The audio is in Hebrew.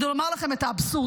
כדי לומר לכם את האבסורד.